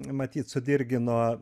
matyt sudirgino